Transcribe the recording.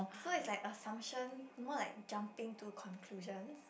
so it's like assumption more like jumping to conclusion